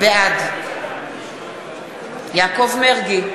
בעד יעקב מרגי,